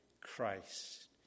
Christ